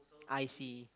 I see